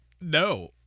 No